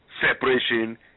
separation